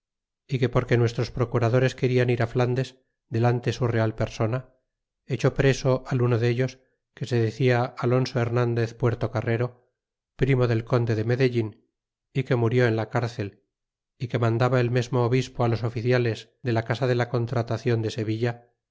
y que porque nuestros procuradores querian ir flandes delante su real persona echó preso al uno dellos que se decia alonso hernandez puertocarrero primo del conde de medellin y que murió en la cárcel y que mandaba el mesmo obispo los oficiales de la casa de la contratacion de se